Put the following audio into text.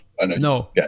no